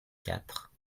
quatre